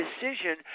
decision